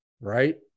Right